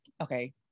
okay